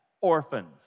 orphans